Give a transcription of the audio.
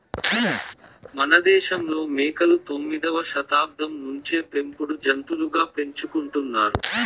మనదేశంలో మేకలు తొమ్మిదవ శతాబ్దం నుంచే పెంపుడు జంతులుగా పెంచుకుంటున్నారు